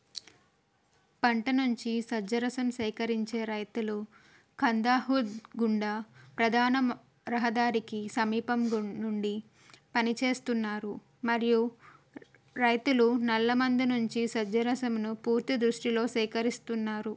పంట నుంచి సజ్జరసం సేకరించే రైతులు కందాహుద్ గుండా ప్రధాన మ రహదారికి సమీపం గుం నుండి పని చేస్తున్నారు మరియు రైతులు నల్లమందు నుంచి సజ్జరసమును పూర్తి దృష్టిలో సేకరిస్తున్నారు